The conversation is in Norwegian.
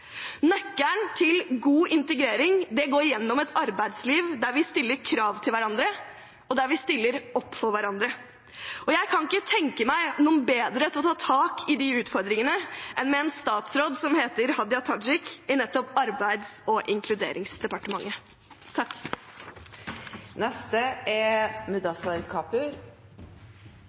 Nøkkelen til god integrering går gjennom et arbeidsliv der vi stiller krav til hverandre, og der vi stiller opp for hverandre. Jeg kan ikke tenke meg at det er noen bedre til å ta tak i de utfordringene enn en statsråd som heter Hadia Tajik, i nettopp Arbeids- og inkluderingsdepartementet.